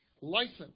license